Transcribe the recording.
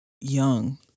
young